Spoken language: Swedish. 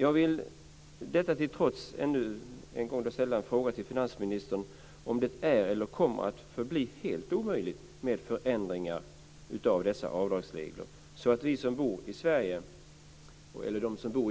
Jag vill detta till trots ännu en gång ställa en fråga till finansministern: Kommer det att förbli helt omöjligt med förändringar av dessa avdragsregler, så att de som bor i